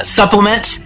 supplement